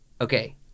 Okay